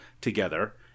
together